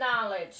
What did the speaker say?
knowledge